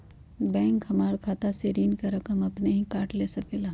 Bank हमार खाता से ऋण का रकम अपन हीं काट ले सकेला?